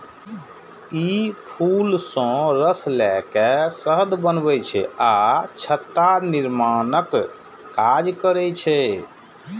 ई फूल सं रस लए के शहद बनबै छै आ छत्ता निर्माणक काज करै छै